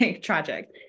tragic